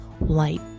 light